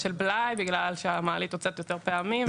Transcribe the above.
של בלאי בגלל שהמעלית עוצרת יותר פעמים.